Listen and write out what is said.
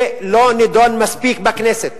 זה לא נדון מספיק בכנסת,